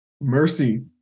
Mercy